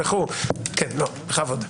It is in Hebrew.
בכבוד.